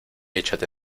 échate